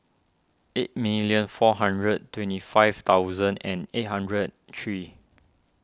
eight million four hundred twenty five thousand and eight hundred three